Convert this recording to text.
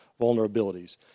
vulnerabilities